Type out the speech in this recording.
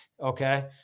Okay